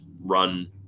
run